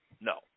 No